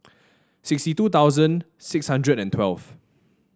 sixty two thousand six hundred and twelve